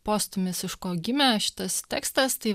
postūmis iš ko gimė šitas tekstas tai